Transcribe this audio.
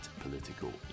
Political